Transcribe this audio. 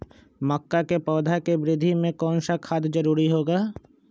मक्का के पौधा के वृद्धि में कौन सा खाद जरूरी होगा?